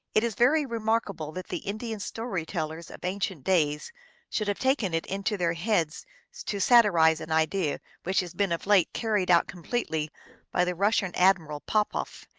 it is very remarkable that the indian story-tellers of ancient days should have taken it into their heads to satirize an idea which has been of late carried out completely by the russian admiral popoff,